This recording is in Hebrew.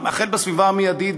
החל בסביבה המיידית,